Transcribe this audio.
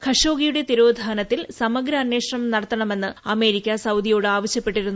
ഖഷോഗിയുടെ തിരോധാനത്തിൽ സമഗ്ര അന്വേഷണം നടത്തണമെന്ന് അമേരിക്ക സൌദിയോട് ആവശൃപ്പെട്ടിരുന്നു